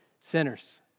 sinners